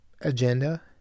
agenda